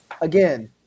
again